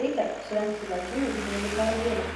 reikia surengti lietuvių knygų parodėlę